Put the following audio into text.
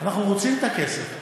אנחנו רוצים את הכסף,